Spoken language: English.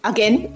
Again